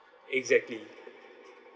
exactly